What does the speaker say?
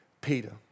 Peter